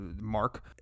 Mark